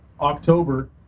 october